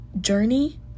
journey